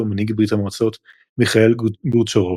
מנהיג ברית המועצות מיכאיל גורבצ'וב.